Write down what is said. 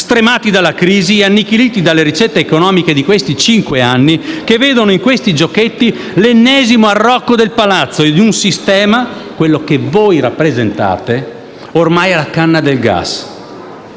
stremati dalla crisi e annichiliti dalle ricette economiche di questi cinque anni, che vedono in questi giochetti l'ennesimo arrocco del Palazzo e un sistema, quello che voi rappresentate, ormai alla canna del gas.